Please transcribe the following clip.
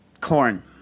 Corn